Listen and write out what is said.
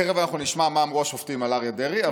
תכף אנחנו נשמע מה אמרו השופטים על אריה דרעי.